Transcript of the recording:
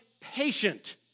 patient